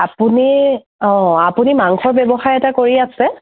আপুনি অঁ আপুনি মাংস ব্যৱসায় এটা কৰি আছে